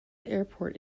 airport